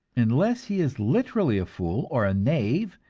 unless he is literally a fool, or a knave,